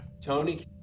Tony